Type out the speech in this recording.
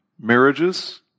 marriages